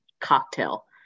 cocktail